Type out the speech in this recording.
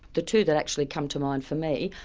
the two that actually come to mind for me,